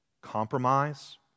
Compromise